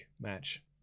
match